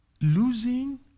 Losing